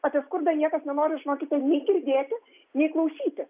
apie skurdą niekas nenori žinokite nei girdėti nei klausyti